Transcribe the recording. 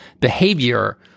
behavior